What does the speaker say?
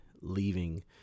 leaving